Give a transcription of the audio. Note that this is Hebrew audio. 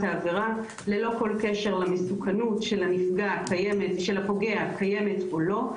העבירה ללא כל קשר למסוכנות שלפוגע קיימת או לא,